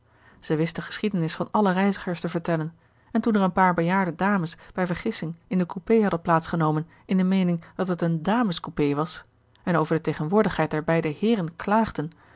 zij wist de geschiedenis van alle reizigers te vertellen en toen er een paar bejaarde dames bij vergissing in de coupé hadden plaats genomen in de meening dat het een damescoupé was en over de tegenwoordigheid der beide heeren klaagden